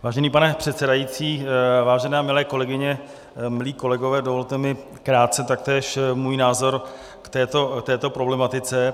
Vážený pane předsedající, vážené a milé kolegyně, milí kolegové, dovolte mi krátce taktéž můj názor k této problematice.